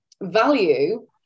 value